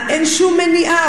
אין שום מניעה,